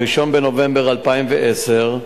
1 בנובמבר 2010,